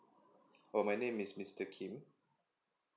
oh my name is mister kim